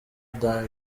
day